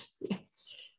yes